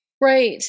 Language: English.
Right